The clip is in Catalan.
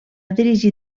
dirigir